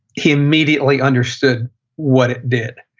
he immediately understood what it did.